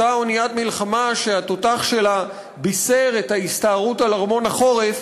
אותה אניית מלחמה שהתותח שלה בישר את ההסתערות על ארמון החורף,